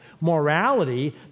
morality